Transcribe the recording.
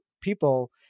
people